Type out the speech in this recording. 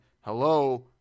Hello